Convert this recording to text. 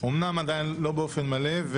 אומנם עדיין לא באופן מלא,